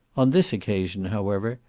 on this occasion, however,